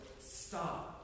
stop